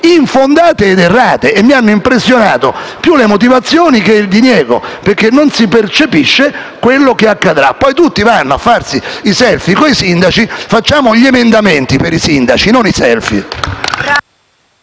infondate ed errate. Mi hanno impressionato più le motivazioni che il diniego, perché non si percepisce quello che accadrà. Tutti vanno poi a farsi i *selfie* coi sindaci: facciamo gli emendamenti per i sindaci, non i *selfie.*